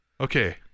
Okay